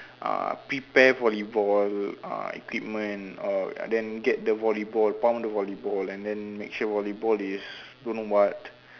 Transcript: uh prepare volleyball uh equipment or then get the volleyball pump the volleyball and then make sure volleyball is don't know what